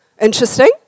Interesting